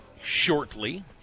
shortly